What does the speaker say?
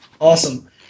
Awesome